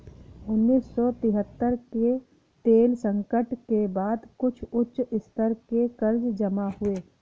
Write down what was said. उन्नीस सौ तिहत्तर के तेल संकट के बाद कुछ उच्च स्तर के कर्ज जमा हुए